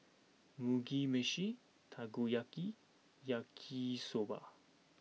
Mugi Meshi Takoyaki Yaki Soba